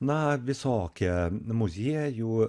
na visokie muziejų